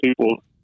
people